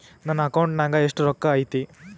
ನನ್ನ ಅಕೌಂಟ್ ನಾಗ ಎಷ್ಟು ರೊಕ್ಕ ಐತಿ?